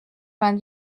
vingt